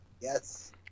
Yes